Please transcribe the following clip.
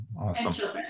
Awesome